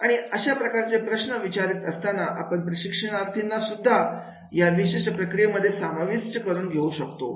आणि अशा प्रकारचे प्रश्न विचारीत असताना आपण प्रशिक्षणार्थींना सुद्धा या विशिष्ट प्रक्रियेमध्ये सामाविष्ट करुन घेऊ शकतो